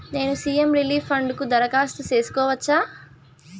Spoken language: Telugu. నేను సి.ఎం రిలీఫ్ ఫండ్ కు దరఖాస్తు సేసుకోవచ్చా?